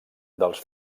dels